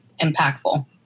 impactful